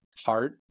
heart